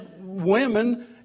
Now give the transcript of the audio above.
women